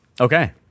Okay